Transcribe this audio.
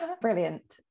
Brilliant